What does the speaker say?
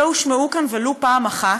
שלא הושמעו כאן ולו פעם אחת,